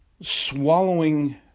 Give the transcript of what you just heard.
swallowing